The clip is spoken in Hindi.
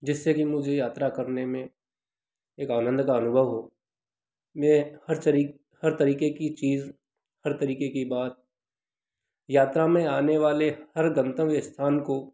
जिससे कि मुझे यात्रा करने में एक आनंद का अनुभव हो मैं हर तरी हर तरीके की चीज हर तरीके की बात यात्रा में आने वाले हर गंतव्य स्थान को